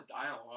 dialogue